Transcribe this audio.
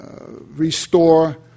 restore